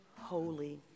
holy